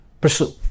pursue